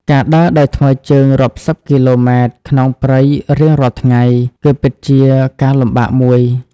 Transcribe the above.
ការដើរដោយថ្មើរជើងរាប់សិបគីឡូម៉ែត្រក្នុងព្រៃរៀងរាល់ថ្ងៃ គឺពិតជាការលំបាកមួយ។